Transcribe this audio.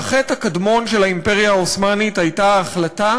והחטא הקדמון של האימפריה העות'מאנית היה ההחלטה